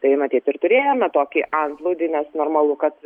tai matyt ir turėjome tokį antplūdį nes normalu kad